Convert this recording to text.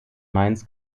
mainz